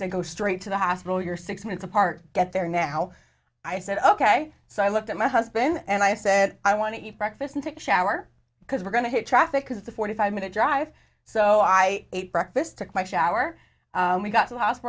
said go straight to the hospital you're six minutes apart get there now i said ok so i looked at my husband and i said i want to eat breakfast and take shower because we're going to traffic because the forty five minute drive so i ate breakfast took my shower and we got